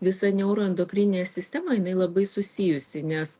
visa neuroendokrininė sistema jinai labai susijusi nes